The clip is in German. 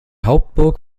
hauptburg